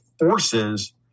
forces